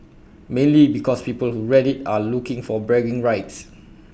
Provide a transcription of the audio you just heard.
mainly because people who read IT are looking for bragging rights